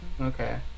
Okay